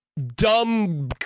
dumb